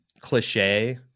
cliche